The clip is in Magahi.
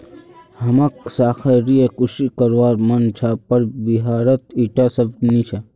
हमाक सागरीय कृषि करवार मन छ पर बिहारत ईटा संभव नी छ